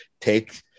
take